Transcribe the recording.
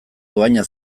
dohaina